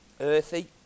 earthy